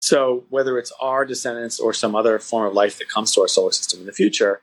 אז אם אלו הם הצאצאים שלנו או איזשהיא צורת חיים אחרת שמגיעה למערכת הסולארית שלנו בעתיד,